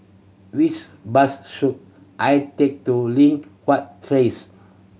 which bus should I take to Li Hwan